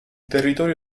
territorio